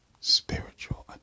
Spiritual